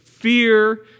fear